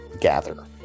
gather